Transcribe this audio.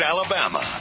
Alabama